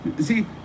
See